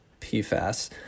PFAS